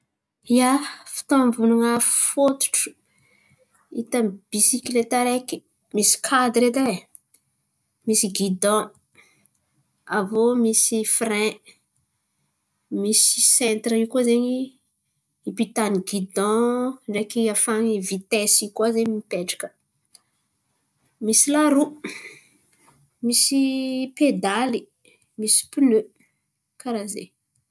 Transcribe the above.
Ia, fita amy volan̈a fôtotro, hita amy bisikilety araiky misy kadira edy e, misy gidon, aviô misy fire, misy sentira koa zen̈y ipitahany gidon ndreky ahafany vitaisy in̈y koa zen̈y mipetraka, misy laro, misy pedaly, misy pine. Karà zen̈y.